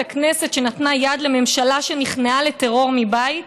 הכנסת שנתנה יד לממשלה שנכנעה לטרור מבית,